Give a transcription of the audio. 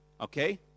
Okay